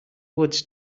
woods